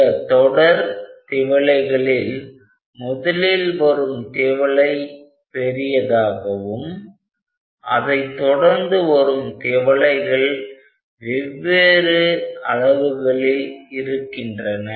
இந்த தொடர் திவலைகளில் முதலில் வரும் திவலை பெரிதாகவும் அதைத் தொடர்ந்து வரும் திவலைகள் வெவ்வேறு அளவுகளில் இருக்கின்றன